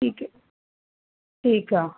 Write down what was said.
ਠੀਕ ਹੈ ਠੀਕ ਆ